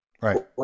Right